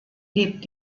lebt